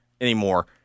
anymore